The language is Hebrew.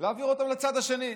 ולהעביר אותם לצד השני.